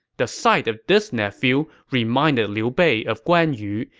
the sight of this nephew reminded liu bei of guan yu,